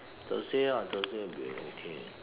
Thursday ah Thursday will be okay